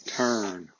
turn